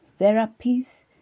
therapies